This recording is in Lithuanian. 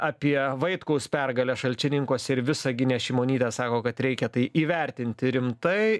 apie vaitkaus pergalę šalčininkuose ir visagine šimonytė sako kad reikia tai įvertinti rimtai